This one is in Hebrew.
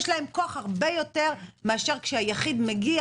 יש להם כוח הרבה יותר מאשר כשהיחיד מגיע